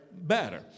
better